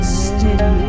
steady